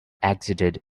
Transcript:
exited